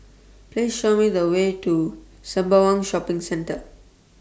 Please Show Me The Way to Sembawang Shopping Centre